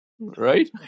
right